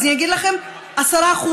אז אני אגיד לכם: 10%,